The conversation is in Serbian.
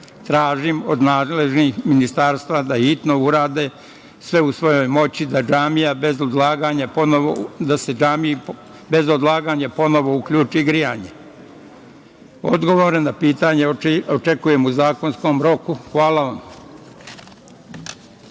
od nadležnih ministarstva da hitno urade sve u svojoj moći da se džamiji bez odlaganja ponovo uključi grejanje. Odgovore na pitanja očekujem o zakonskom roku. Hvala.